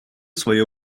свое